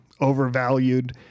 overvalued